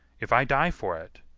if i die for it,